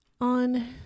On